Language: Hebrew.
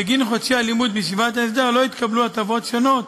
בגין חודשי הלימוד בישיבת ההסדר לא יתקבלו הטבות שונות,